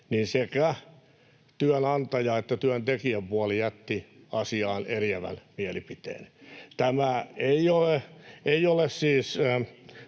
niin sekä työnantaja- että työntekijäpuoli jätti asiaan eriävän mielipiteen. [Antti Lindtman: